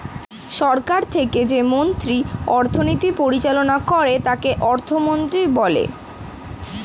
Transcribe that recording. সরকার থেকে যে মন্ত্রী অর্থনীতি পরিচালনা করে তাকে অর্থমন্ত্রী বলে